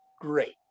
Great